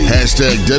Hashtag